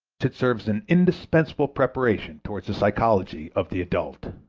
should serve as an indispensable preparation towards the psychology of the adult.